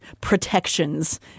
Protections